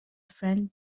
friend